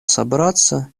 собраться